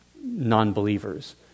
non-believers